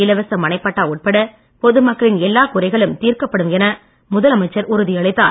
இலவச மனைப் பட்டா உட்பட பொதுமக்களின் எல்லா குறைகளும் தீர்க்கப்படும் என முதலமைச்சர் உறுதியளித்தார்